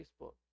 Facebook